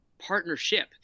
partnership